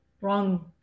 wrong